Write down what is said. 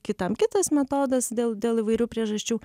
kitam kitas metodas dėl dėl įvairių priežasčių